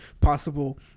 possible